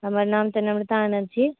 हमर नाम तऽ नम्रता आनन्द छी